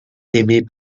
aimées